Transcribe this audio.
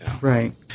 Right